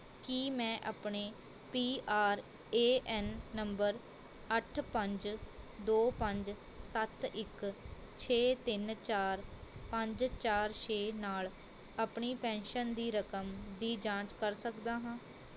ਕੀ ਮੈਂ ਆਪਣੇ P R A N ਨੰਬਰ ਅੱਠ ਪੰਜ ਦੋ ਪੰਜ ਸੱਤ ਇੱਕ ਛੇ ਤਿੰਨ ਚਾਰ ਪੰਜ ਚਾਰ ਛੇ ਨਾਲ਼ ਆਪਣੀ ਪੈਨਸ਼ਨ ਦੀ ਰਕਮ ਦੀ ਜਾਂਚ ਕਰ ਸਕਦਾ ਹਾਂ